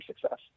success